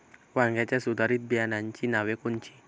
वांग्याच्या सुधारित बियाणांची नावे कोनची?